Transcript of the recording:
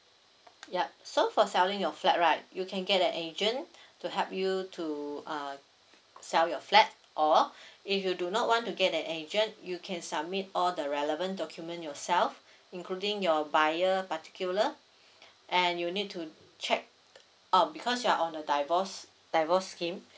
yup so for selling your flat right you can get an agent to help you to uh sell your flat or if you do not want to get an agent you can submit all the relevant document yourself including your buyer particular and you need to check oh because you're on the divorce divorce scheme